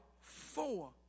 four